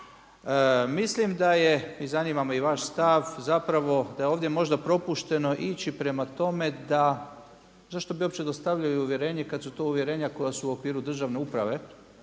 Mislim da je i zanima me vaš stav da je ovdje možda propušteno ići prema tome da zašto bi uopće dostavljali uvjerenje kada su to uvjerenja koja su u okviru državne uprave